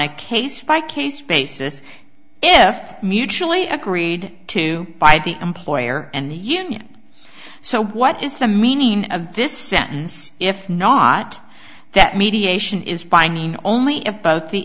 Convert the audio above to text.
a case by case basis if mutually agreed to by the employer and the union so what is the meaning of this sentence if not that mediation is binding only if both the